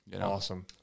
Awesome